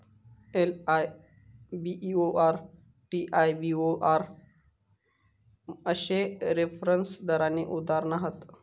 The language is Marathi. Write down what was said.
एल.आय.बी.ई.ओ.आर, टी.आय.बी.ओ.आर अश्ये रेफरन्स दराची उदाहरणा हत